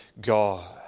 God